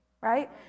right